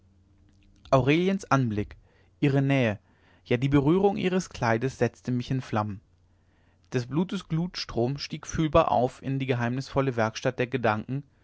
aureliens anblick ihre nähe ja die berührung ihres kleides setzte mich in flammen des blutes glutstrom stieg fühlbar auf in die geheimnisvolle werkstatt der gedanken